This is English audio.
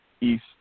East